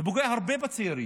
זה פוגע מאוד בצעירים.